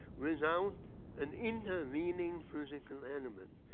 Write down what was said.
without an intervening physical element.